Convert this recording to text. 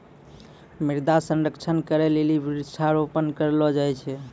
मृदा संरक्षण करै लेली वृक्षारोपण करलो जाय छै